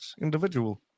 individual